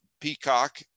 Peacock